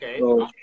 Okay